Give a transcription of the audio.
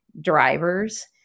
drivers